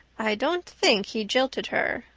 i don't think he jilted her.